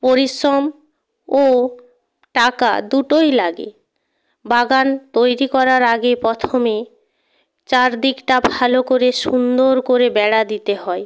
পরিশ্রম ও টাকা দুটোই লাগে বাগান তৈরি করার আগে প্রথমে চারদিকটা ভালো করে সুন্দর করে বেড়া দিতে হয়